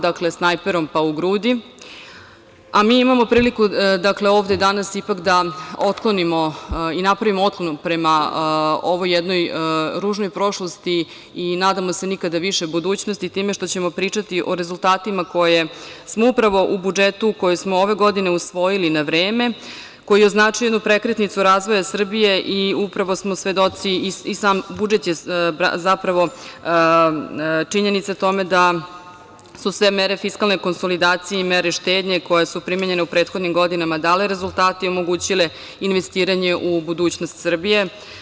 Znači, snajperom pa u grudi, a mi imamo priliku, dakle ovde danas ipak da otklonimo i napravimo otklon prema ovoj jednoj ružnoj prošlosti i nadamo se nikada više budućnosti time što ćemo pričati o rezultatima koje smo upravo u budžetu koji smo ove godine usvojili na vreme, koji je označio jednu prekretnicu razvoja Srbije i upravo smo svedoci i sam budžet je zapravo činjenica tome da su sve mere fiskalne konsolidacije i mere štednje koje su primenjene u prethodnim godinama dale rezultate i omogućile investiranje u budućnost Srbije.